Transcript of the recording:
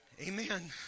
Amen